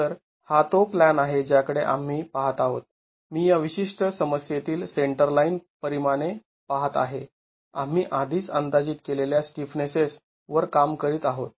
तर हा तो प्लॅन आहे ज्याकडे आम्ही पाहत आहोत मी या विशिष्ट समस्ये तील सेंटरलाईन परिमाणे पाहत आहे आम्ही आधीच अंदाजित केलेल्या स्टिफनेसेस वर काम करीत आहोत